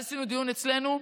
אז עשינו דיון אצלנו,